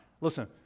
Listen